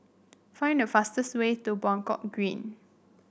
find the fastest way to Buangkok Green